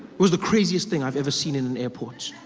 it was the craziest thing i have ever seen in an airport.